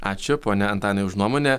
ačiū pone antanai už nuomonę